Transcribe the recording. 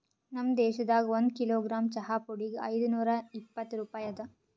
ನಮ್ ದೇಶದಾಗ್ ಒಂದು ಕಿಲೋಗ್ರಾಮ್ ಚಹಾ ಪುಡಿಗ್ ಐದು ನೂರಾ ಇಪ್ಪತ್ತು ರೂಪಾಯಿ ಅದಾ